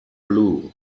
blue